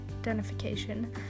identification